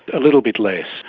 a little bit less.